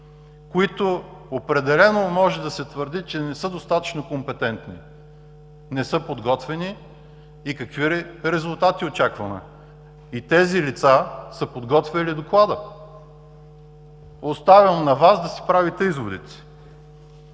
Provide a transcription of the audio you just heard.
които определено може да се твърди, че не са достатъчно компетентни, не са подготвени. Какви резултати очакваме? Тези лица са подготвяли доклада! Оставям на Вас да си правите изводите.